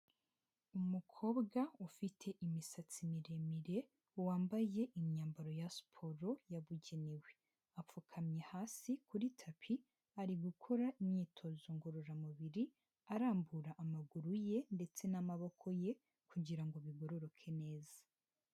Umukobwa ufite imisatsi miremire, wambaye imyambaro ya siporo yabugenewe, apfukamye hasi kuri tapi ari gukora imyitozo ngororamubiri arambura amaguru ye ndetse n'amaboko ye kugira ngo bigororoke neza.